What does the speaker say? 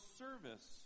service